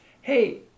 hey